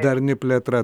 darni plėtra